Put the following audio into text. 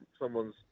someone's